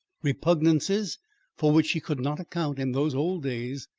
repugnances for which she could not account in those old days,